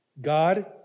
God